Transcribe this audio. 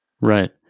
right